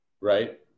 right